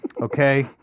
Okay